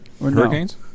Hurricanes